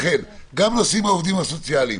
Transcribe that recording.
לכן גם הנושאים של העובדים הסוציאליים,